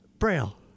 Braille